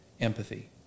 empathy